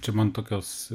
čia man tokios